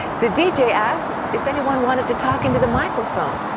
the deejay asked if anyone wanted to talk into the microphone.